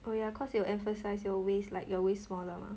oh yeah cause it will emphasize your waist like your waist smaller mah